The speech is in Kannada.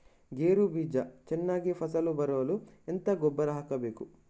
ಗೇರು ಬೀಜ ಚೆನ್ನಾಗಿ ಫಸಲು ಬರಲು ಎಂತ ಗೊಬ್ಬರ ಹಾಕಬೇಕು?